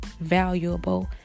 valuable